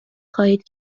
خواهید